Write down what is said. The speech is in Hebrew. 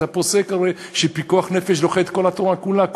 אתה פוסק הרי שפיקוח נפש דוחה את כל התורה כולה,